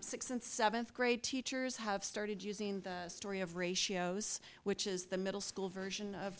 sixth and seventh grade teachers have started using the story of ratios which is the middle school version of